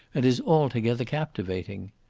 and is altogether captivating.